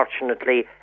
unfortunately